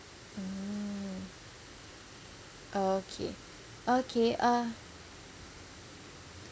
mm okay okay uh